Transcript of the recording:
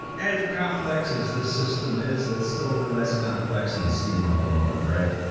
as complex as this system is, it's still less complex than the steam locomotive, right?